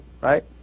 right